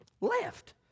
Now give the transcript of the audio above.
Left